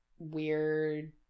weird